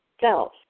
self